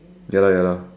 ya lah ya lah